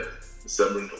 December